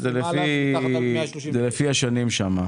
זה לפי השנים.